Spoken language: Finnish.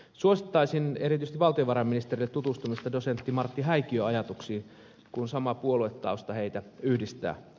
suosittaisin erityisesti valtiovarainministerille tutustumista dosentti martti häikiön ajatuksiin kun sama puoluetausta heitä yhdistää